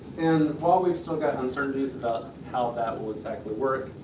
and, while we've still got uncertainties about how that will exactly work,